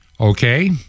okay